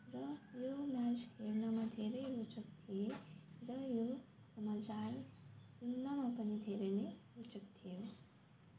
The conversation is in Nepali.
र यो म्याच हेर्नमा धेरै रोचक थिए र यो समाचार सुन्नमा पनि धेरै नै रोचक थियो